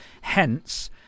Hence